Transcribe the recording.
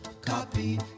Copy